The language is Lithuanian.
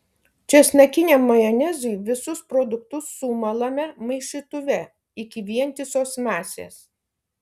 česnakiniam majonezui visus produktus sumalame maišytuve iki vientisos masės